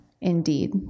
Indeed